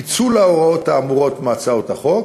פיצול ההוראות האמורות מהצעות החוק